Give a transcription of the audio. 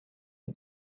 but